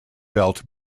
belt